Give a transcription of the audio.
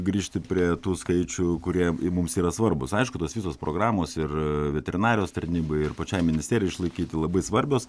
grįžti prie tų skaičių kurie mums yra svarbūs aišku tos visos programos ir veterinarijos tarnybai ir pačiai ministerijai išlaikyti labai svarbios